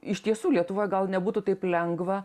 iš tiesų lietuvoje gal nebūtų taip lengva